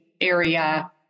area